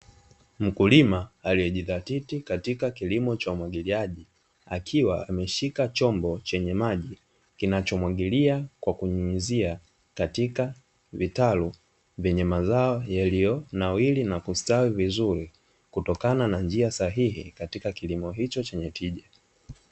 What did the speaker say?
Mkulima aliyejidhatiti katika kilimo cha umwagiliaji, akiwa ameshika chombo chenye maji kinachomwagilia kwa kunyunyuzia katika vitalu vyenye mazo yaliyonawili na kustawi vizuri, kutokana na njia sahihi katika kilimo hicho chenye tija.